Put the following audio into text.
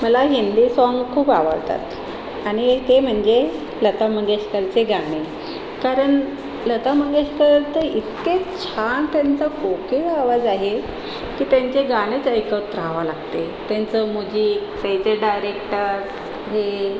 मला हिंदी साँग खूप आवडतात आणि ते म्हणजे लता मंगेशकरचे गाणे कारण लता मंगेशकर तर इतके छान त्यांचा कोकीळ आवाज आहे की त्यांचे गाणेच ऐकत रहावं लागते त्यांचं मुजिक त्यांचे डायरेक्टर हे